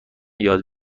یاد